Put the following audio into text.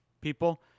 people